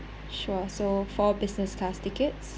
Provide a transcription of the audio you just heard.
sure so four business class tickets